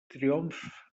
triomfs